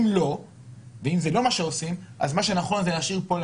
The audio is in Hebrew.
אם זה לא מה שעושים אז מה שנכון זה להשאיר פה,